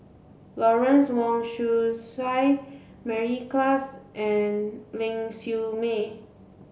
Lawrence Wong Shyun Tsai Mary Klass and Ling Siew May